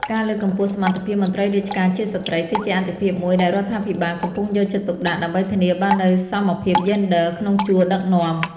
ការលើកកម្ពស់សមត្ថភាពមន្ត្រីរាជការជាស្ត្រី គឺជាអាទិភាពមួយដែលរដ្ឋាភិបាលកំពុងយកចិត្តទុកដាក់ ដើម្បីធានាបាននូវសមភាពយេនឌ័រក្នុងជួរដឹកនាំ។